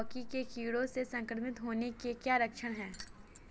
लौकी के कीड़ों से संक्रमित होने के लक्षण क्या हैं?